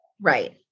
Right